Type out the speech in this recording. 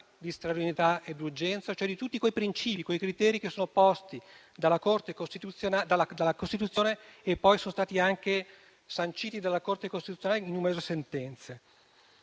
di straordinarietà e di urgenza, cioè di tutti quei principi e quei criteri che sono stati posti dalla Costituzione e che poi sono stati anche sanciti dalla Corte costituzionale in numerose sentenze.